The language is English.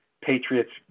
Patriots